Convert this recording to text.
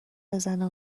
بزنه